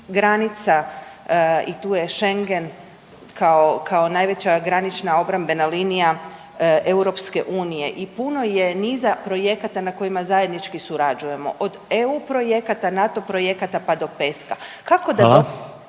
granica i tu je Schengen kao najveća granična obrambena linija EU i puno je niza projekata na kojima zajednički surađujemo, od EU projekata, NATO projekata pa do PESCO-a. Kako da